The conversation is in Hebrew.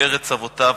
אל ארץ אבותיו,